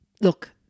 Look